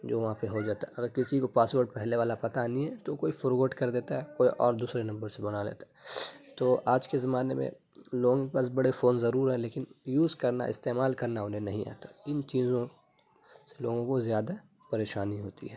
جو وہاں پہ ہو جاتا اگر کسی کو پاسورڈ پہلے والا پتا نہیں ہے تو کوئی فورگوٹ کر دیتا ہے کوئی اور دوسرے نمبر سے بنا لیتا ہے تو آج کے زمانے میں لوگوں کے پاس بڑے فون ضرور ہیں لیکن یوز کرنا استعمال کرنا انہیں نہیں آتا ان چیزوں سے لوگوں کو زیادہ پریشانی ہوتی ہے